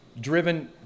driven